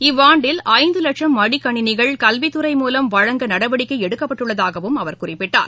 இவ்வாண்டில் ஐந்துலட்சம் மடிக்கணினிகள் கல்வித் துறை மூலம் வழங்க நடவடிக்கைஎடுக்கப்பட்டுள்ளதாகவும் அவர் குறிப்பிட்டார்